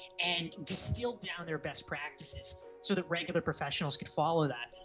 and distilled down their best practices so that regular professionals can follow that,